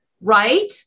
Right